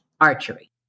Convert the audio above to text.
archery